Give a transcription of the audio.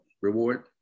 reward